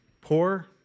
poor